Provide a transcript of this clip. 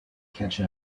catch